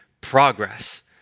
progress